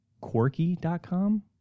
quirky.com